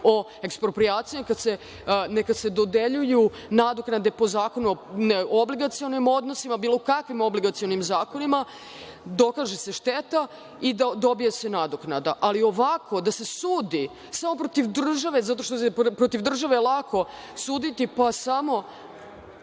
o eksproprijaciji, nego neka se dodeljuju nadoknade po Zakonu o obligacionim odnosima i bilo kakvim obligacionim zakonima, dokaže se šteta i dobije se nadoknada. Ali, ovako, da se sudi, samo protiv države, zato što se protiv države lako suditi… Pa samo